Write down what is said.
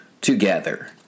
together